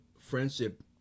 friendship